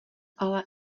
ale